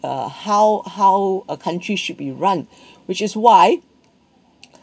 uh how how a country should be run which is why